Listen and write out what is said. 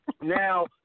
Now